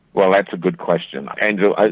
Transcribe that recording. well, that's a good question, andrew.